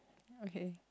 okay